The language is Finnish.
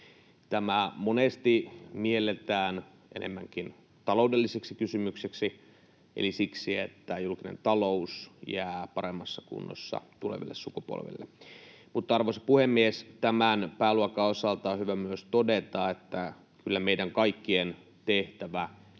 Tämä monesti mielletään enemmänkin taloudelliseksi kysymykseksi eli sellaiseksi, että julkinen talous jää paremmassa kunnossa tuleville sukupolville. Mutta, arvoisa puhemies, tämän pääluokan osalta on hyvä myös todeta, että kyllä meidän kaikkien tehtävä on